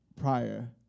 prior